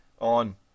on